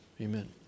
amen